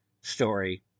story